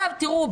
תראו,